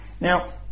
Now